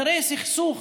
אחרי סכסוך